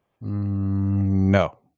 No